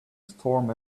storm